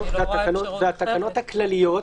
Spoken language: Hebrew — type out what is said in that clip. התקנות הכלליות,